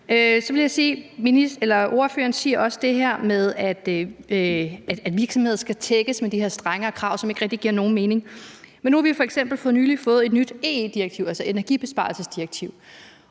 i Indien. Ordføreren siger også det her med, at virksomheder skal tjekkes med de her strengere krav, som ikke rigtig giver nogen mening. Men nu har vi f.eks. for nylig fået et nyt EE-direktiv, altså et energibesparelsesdirektiv,